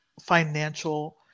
financial